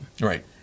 Right